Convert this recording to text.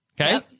Okay